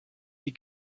die